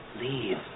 leave